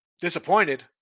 Disappointed